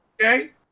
Okay